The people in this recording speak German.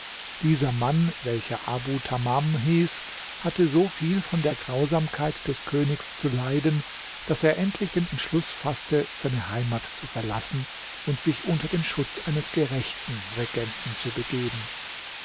dieser mann welcher abu tamam hieß hatte so viel von der grausamkeit des königs zu leiden daß er endlich den entschluß faßte seine heimat zu verlassen und sich unter den schutz eines gerechten regenten zu begeben